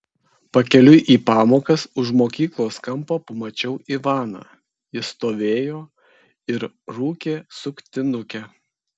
pakeliui į pamokas už mokyklos kampo pamačiau ivaną jis stovėjo ir rūkė suktinukę